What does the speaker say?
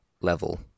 level